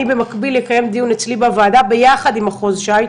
במקביל אקיים דיון אצלי בוועדה ביחד עם מחוז ש"י,